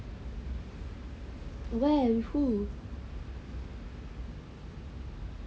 where who